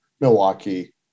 Milwaukee